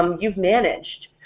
um you've managed,